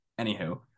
Anywho